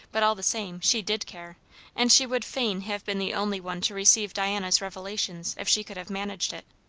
but all the same, she did care and she would fain have been the only one to receive diana's revelations, if she could have managed it.